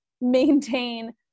maintain